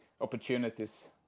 opportunities